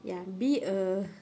ya be a